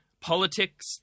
Politics